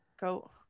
Go